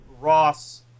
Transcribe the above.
Ross